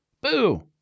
Boo